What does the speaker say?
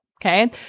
okay